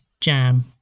jam